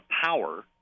power